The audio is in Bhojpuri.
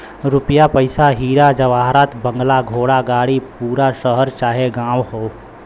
रुपिया पइसा हीरा जवाहरात बंगला घोड़ा गाड़ी पूरा शहर चाहे गांव हौ